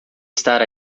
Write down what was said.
estar